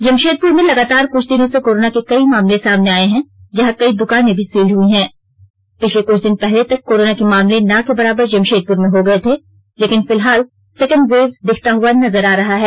जमशेदपुर में लगातार कुछ दिनों से कोरोना के कई मामले सामने आए हैं जहां कई दुकानें भी सील हुई है पिछले कुछ दिन पहले तक कोरोना के मामला ना के बराबर जमशेदपुर में हो गए थे लेकिन फिलहाल सेकंड वेब दिखता हुआ नजर आ रहा है